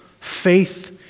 faith